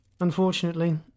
Unfortunately